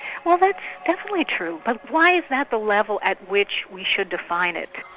well that's definitely true. but why is that the level at which we should define it?